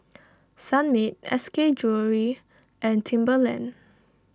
Sunmaid S K Jewellery and Timberland